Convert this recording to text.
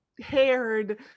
haired